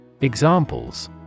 Examples